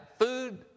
food